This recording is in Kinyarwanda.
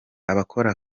abakora